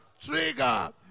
trigger